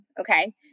Okay